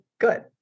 good